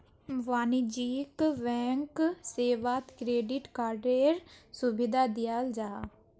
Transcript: वाणिज्यिक बैंक सेवात क्रेडिट कार्डएर सुविधा दियाल जाहा